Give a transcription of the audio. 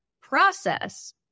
process